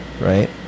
right